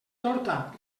torta